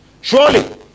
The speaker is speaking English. Surely